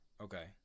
Okay